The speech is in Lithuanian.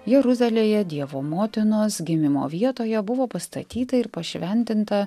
jeruzalėje dievo motinos gimimo vietoje buvo pastatyta ir pašventinta